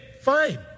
fine